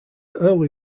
early